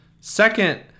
Second